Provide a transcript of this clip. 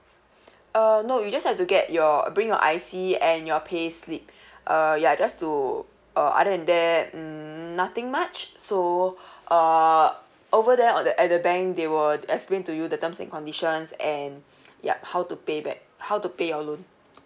uh no you just have to get your uh bring your I_C and your pay slip uh ya just to uh other than that um nothing much so uh over there on the at the bank they will explain to you the terms and conditions and yup how to pay back how to pay your loan